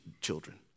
children